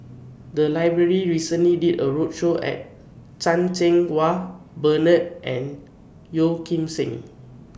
The Library recently did A roadshow At Chan Cheng Wah Bernard and Yeo Kim Seng